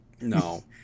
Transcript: No